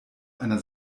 einer